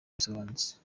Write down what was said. bisobanutse